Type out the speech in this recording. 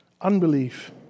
unbelief